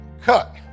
Cut